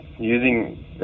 using